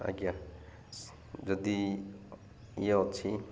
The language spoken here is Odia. ଆଜ୍ଞା ଯଦି ଇଏ ଅଛି